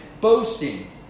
boasting